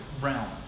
realm